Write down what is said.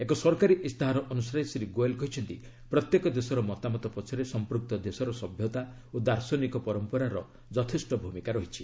ଏକ ସରକାରୀ ଇସ୍ତାହାର ଅନୁସାରେ ଶ୍ରୀ ଗୋଏଲ୍ କହିଛନ୍ତି ପ୍ରତ୍ୟେକ ଦେଶର ମତାମତ ପଛରେ ସଂପୃକ୍ତ ଦେଶର ସଭ୍ୟତା ଓ ଦାର୍ଶନିକ ପରମ୍ପରାର ଯଥେଷ୍ଟ ଭୂମିକା ରହିଛି